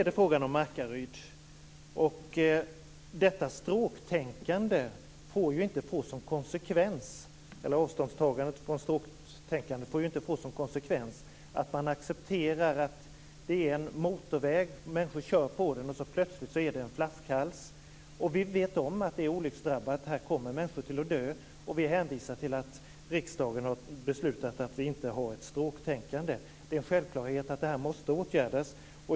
Beträffande Markaryd får ju inte avståndstagandet från stråktänkande medföra den sortens konsekvenser att man accepterar att det rör sig om en motorväg där det har uppstått en flaskhals. Vi vet om att vägsträckan är olycksdrabbad och att människor kommer att dö i olyckor där. Då kan vi inte hänvisa till att riksdagen har beslutat att vi inte skall ha ett stråktänkande. Det är självklart att denna vägsträcka måste åtgärdas.